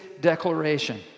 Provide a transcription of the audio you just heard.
declaration